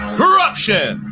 corruption